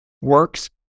works